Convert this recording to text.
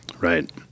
Right